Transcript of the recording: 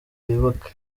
bibuka